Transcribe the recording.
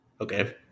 Okay